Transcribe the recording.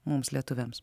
mums lietuviams